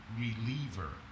reliever